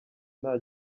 nta